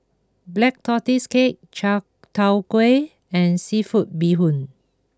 Black Tortoise Cake Chai Tow Kuay and Seafood Bee Hoon